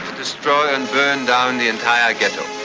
destroy and burn down the entire ghetto.